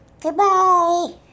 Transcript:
goodbye